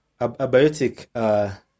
Abiotic